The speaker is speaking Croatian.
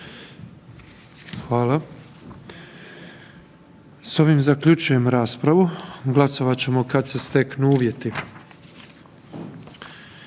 S ovim zaključujem raspravu. Glasovat ćemo kad se steknu uvjeti.